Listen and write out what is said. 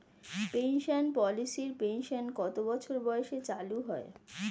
Pension পলিসির pension কত বছর বয়সে চালু হয়?